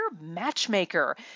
matchmaker